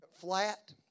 flat